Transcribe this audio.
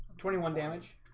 twenty one damage